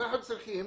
אנחנו צריכים